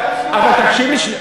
אבל תקשיב לי,